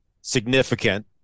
significant